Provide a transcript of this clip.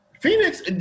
Phoenix